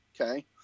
okay